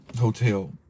Hotel